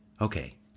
Okay